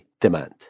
demand